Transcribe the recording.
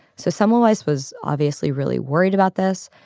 so semmelweis was obviously really worried about this.